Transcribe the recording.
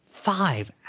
five